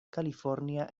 california